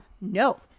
No